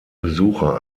besucher